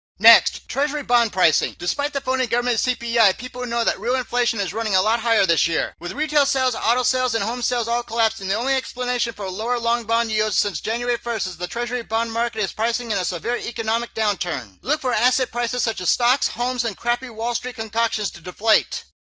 next. treasury bonds pricing despite the phony government cpi, people know that real inflation is running a lot higher this year. with retail sales, auto sales, and home sales all collapsing, the only explanation for lower long bond yields since january first is the treasury bond market is pricing in a severe economic downturn. look for asset prices, such as stocks, homes, and crappy wall street concoctions to deflate.